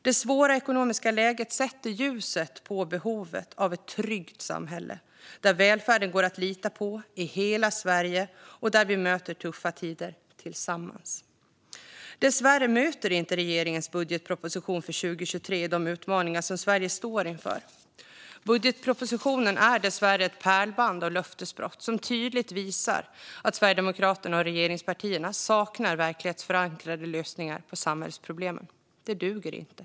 Det svåra ekonomiska läget sätter ljuset på behovet av ett tryggt samhälle där välfärden går att lita på i hela Sverige och där vi möter tuffa tider tillsammans. Dessvärre möter inte regeringens budgetproposition för 2023 de utmaningar som Sverige står inför. Budgetpropositionen är ett pärlband av löftesbrott som tydligt visar att Sverigedemokraterna och regeringspartierna saknar verklighetsförankrade lösningar på samhällsproblemen. Det duger inte.